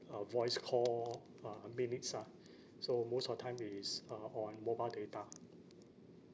uh voice call uh minutes ah so most of the time is uh on mobile data